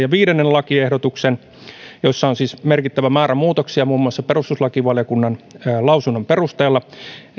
ja viidennen lakiehdotuksen joissa on siis merkittävä määrä muutoksia muun muassa perustuslakivaliokunnan lausunnon perusteella